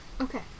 Okay